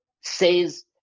says